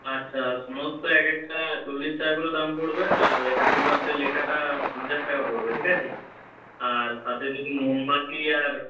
আচ্ছা snow spray এক একটা চল্লিশ টাকা করে দাম পড়বে আর ওই হ্যাপি বার্থডে লেখাটা পঞ্চাশ টাকা পড়বে ঠিক আছে আর তাতে যদি মোমবাতি আর